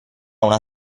una